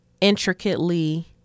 intricately